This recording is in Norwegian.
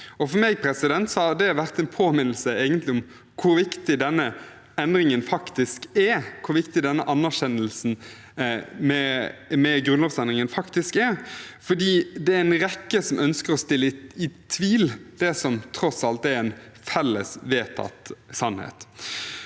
For meg har det egentlig vært en påminnelse om hvor viktig denne endringen faktisk er, hvor viktig denne anerkjennelsen med grunnlovsendringen faktisk er. Det er en rekke som ønsker å skape tvil om det som tross alt er en felles vedtatt sannhet.